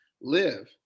live